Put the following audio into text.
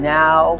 now